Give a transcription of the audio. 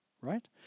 right